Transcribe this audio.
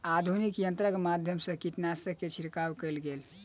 आधुनिक यंत्रक माध्यम सँ कीटनाशक के छिड़काव कएल गेल